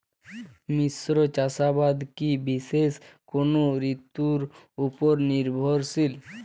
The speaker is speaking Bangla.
মিশ্র চাষাবাদ কি বিশেষ কোনো ঋতুর ওপর নির্ভরশীল?